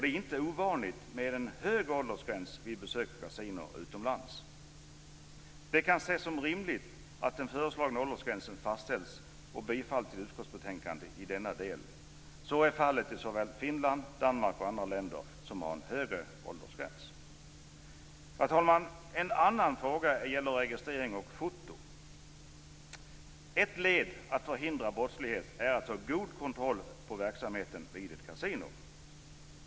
Det är inte ovanligt med en högre åldersgräns för besök på kasinon utomlands. Så är fallet i såväl Finland och Danmark som andra länder. Det kan ses som rimligt att den föreslagna åldersgränsen fastställs. Bifall till hemställan i utskottsbetänkandet i denna del! Fru talman! En annan fråga gäller registrering och foto. Ett led i att förhindra brottslighet är att ha god kontroll på verksamheten vid kasinot.